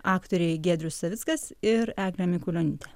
aktoriai giedrius savickas ir eglė mikulionytė